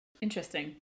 Interesting